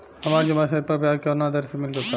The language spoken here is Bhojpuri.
हमार जमा शेष पर ब्याज कवना दर से मिल ता?